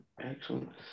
excellent